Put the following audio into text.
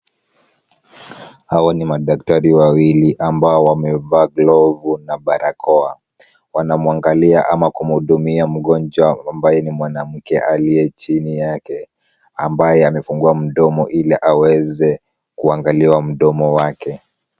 Hawa ni madaktari wawili ambao wamevaa glavu na barakoa, wanamwangalia ama kumhudumia mgonjwa ambaye ni mwanamke aliye chini yake, ambaye amefungua mdomo ili aweze kuangaliwa mdomo wake.